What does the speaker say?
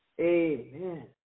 Amen